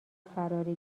فراری